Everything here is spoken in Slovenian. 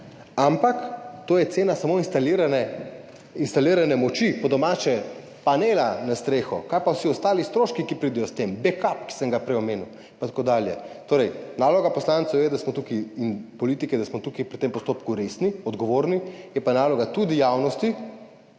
ampak to je cena samo instalirane moči, po domače panela na streho. Kaj pa vsi ostali stroški, ki pridejo s tem? Back up, ki sem ga prej omenil, in tako dalje. Torej, naloga poslancev in politike je, da smo tukaj pri tem postopku resni, odgovorni, je pa naloga tudi javnosti